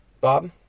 Bob